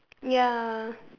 ya